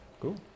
cool